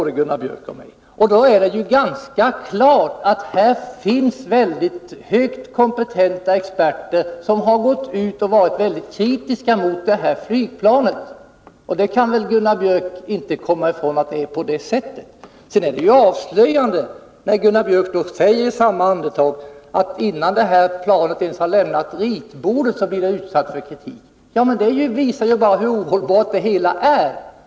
Det är ju ganska klart att här finns mycket kompetenta experter som varit mycket kritiska till detta flygplan. Det kan inte Gunnar Björk komma ifrån. Det är avslöjande när Gunnar Björk i samma andetag säger, att innan detta plan ens lämnat ritbordet blir det utsatt för kritik. Ja, det visar hur ohållbart det är.